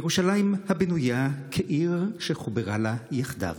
ירושלם הבנויה כעיר שחברה לה יחדו.